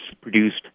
produced